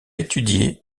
étudié